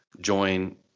join